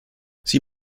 sie